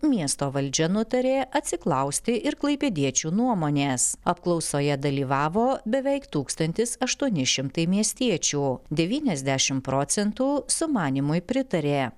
miesto valdžia nutarė atsiklausti ir klaipėdiečių nuomonės apklausoje dalyvavo beveik tūkstantis aštuoni šimtai miestiečių devyniasdešim procentų sumanymui pritarė